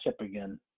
again